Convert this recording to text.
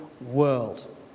world